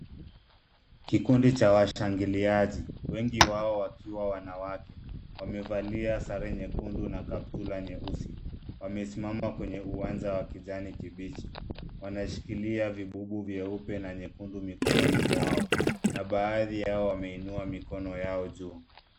Kikundi cha washangiliaji. Wengi wao wakiwa wanawake. Wamevalia sare nyekundu na kaptura nyeusi. Wamesimama kwenye uwanja wa kijani kibichi. Wanshikilia vibubu vieupe na nyekundu mikononi mwao na baadhi yao wameinua mikono yao juu.